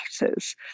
letters